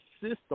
system